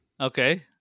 Okay